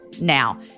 now